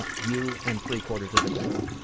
ah you and three-quarters of the globe.